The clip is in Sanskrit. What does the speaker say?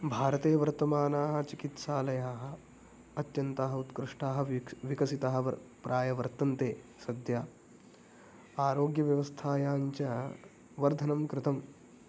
भारते वर्तमानाः चिकित्सालयाः अत्यन्ताः उत्कृष्टाः वीक्स् विकसिताः वर् प्रायः वर्तन्ते सद्यः आरोग्यव्यवस्थायां च वर्धनं कृतं